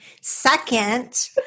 Second